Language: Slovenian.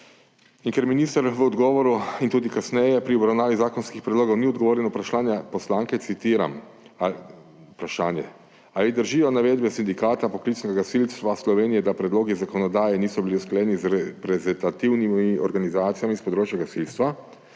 In ker minister v odgovoru in tudi kasneje pri obravnavi zakonskih predlogov ni odgovoril na vprašanje poslanke – citiram vprašanje: »Ali držijo navedbe Sindikata poklicnega gasilstva Slovenije, da predlogi zakonodaje niso bili usklajeni z reprezentativnimi organizacijami s področja gasilstva?«